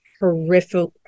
horrific